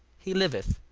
he liveth,